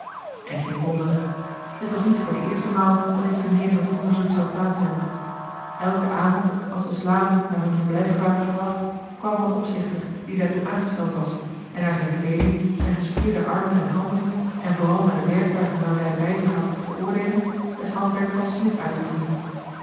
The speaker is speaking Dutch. en geen wonder het was niet voor de eerste maal dat dit vernederend onderzoek zou plaats hebben elken avond als de slaven naar hun verblijf waren gebracht kwam er een opzichter die daartoe aangesteld was en naar zijn kleeding zijn gespierde armen en handen en vooral naar de werktuigen welke hij bij zich had te oordeelen het handwerk van smid uitoefende